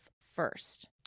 first